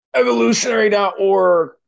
Evolutionary.org